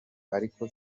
ariko